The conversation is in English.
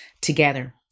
together